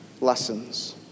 lessons